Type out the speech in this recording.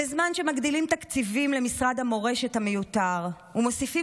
בזמן שמגדילים תקציבים למשרד המורשת המיותר ומוסיפים